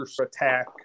attack